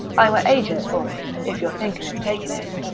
i'm a agent for it, if you're thinking of taking it